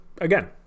Again